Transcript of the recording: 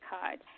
card